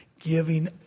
Giving